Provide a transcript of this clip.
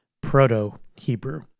Proto-Hebrew